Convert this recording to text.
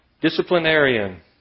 Disciplinarian